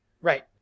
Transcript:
Right